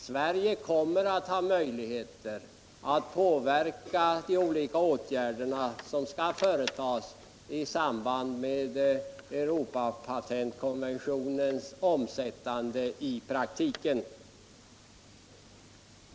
Sverige kommer att ha möjligheter att påverka de olika åtgärder som skall företas i samband med den europeiska patentkonventionens omsättande i praktiken.